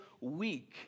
weak